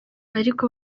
ariko